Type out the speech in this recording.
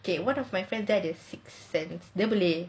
okay one of my friend have sixth sense dia boleh